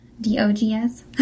D-O-G-S